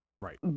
Right